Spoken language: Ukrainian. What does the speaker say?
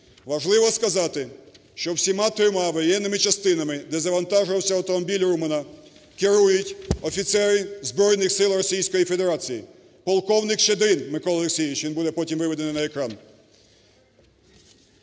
Важливо сказати, що всіма трьома воєнними частинами, де завантажувався автомобіль Рубана, керують офіцери Збройних сил Російської Федерації: полковник Щедрін Микола Олексійович, він буде потім виведений на екран.